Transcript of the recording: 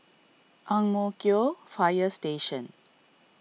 Ang Mo Kio Fire Station